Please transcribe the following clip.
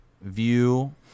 view